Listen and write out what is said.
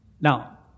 Now